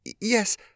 Yes